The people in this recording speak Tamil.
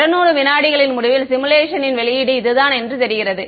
200 விநாடிகளின் முடிவில் சிமுலேஷனின் வெளியீடு இதுதான் என்று தெரிகிறது